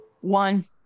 One